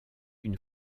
une